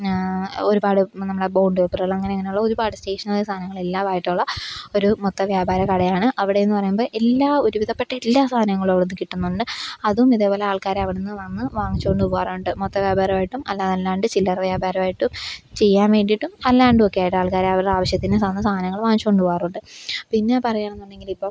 ഒരുപാട് നമ്മളെ ബോണ്ട് പേപ്പറുകളങ്ങനെ അങ്ങനെയുള്ള ഒരുപാട് സ്റ്റേഷനറി സാധനങ്ങളെല്ലാമായിട്ടുള്ള ഒരു മൊത്തവ്യാപാര കടയാണ് അവിടെയെന്ന് പറയുമ്പോൾ എല്ലാ ഒരു വിധപ്പെട്ട എല്ലാ സാധനങ്ങളും അവിടുന്ന് കിട്ടുന്നുണ്ട് അതും ഇതേപോലെ ആൾക്കാരവിടുന്ന് വന്ന് വാങ്ങിച്ചുകൊണ്ട് പോവാറുണ്ട് മൊത്തവ്യാപാരായിട്ടും അതല്ലാണ്ട് ചില്ലറ വ്യാപാരമായിട്ടും ചെയ്യാൻ വേണ്ടീട്ടും അല്ലാണ്ടുമൊക്കെയായിട്ടുമാൾ ക്കാർ അവരുടെയാവശ്യത്തിന് വന്ന് സാധനങ്ങൾ വാങ്ങിച്ചുകൊണ്ട് പോവാറുണ്ട് പിന്നെ പറയുകയാണെന്നുണ്ടെങ്കിലിപ്പം